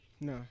No